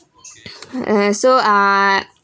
uh so ah